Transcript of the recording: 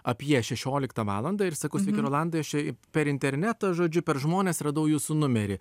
apie šešioliktą valandą ir sakau sveiki rolandai aš čia per internetą žodžiu per žmones radau jūsų numerį